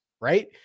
right